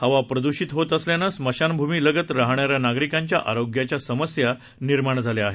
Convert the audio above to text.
हवा प्रदृषित होत असल्यानं स्मशानभूमी लगत राहणाऱ्या नागरिकांच्या आरोग्याच्या समस्या निर्माण झाल्या आहेत